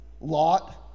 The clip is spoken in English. Lot